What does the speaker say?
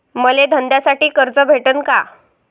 मले धंद्यासाठी कर्ज भेटन का?